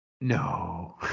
No